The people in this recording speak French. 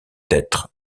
d’être